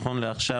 נכון לעכשיו,